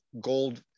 gold